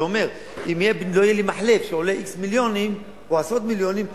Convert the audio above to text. אבל הוא אומר: אם לא יהיה לי מחלף שעולה x מיליונים או עשרות מיליונים,